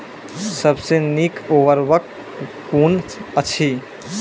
सबसे नीक उर्वरक कून अछि?